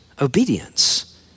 obedience